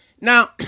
Now